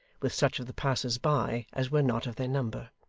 with such of the passers-by as were not of their number.